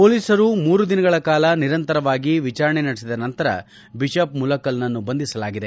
ಮೊಲೀಸರು ಮೂರು ದಿನಗಳ ಕಾಲ ನಿರಂತರವಾಗಿ ವಿಚಾರಣೆ ನಡೆಸಿದ ನಂತರ ಬಿಷಪ್ ಮುಲಕ್ಷಲ್ನನ್ನು ಬಂಧಿಸಲಾಗಿದೆ